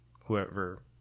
whoever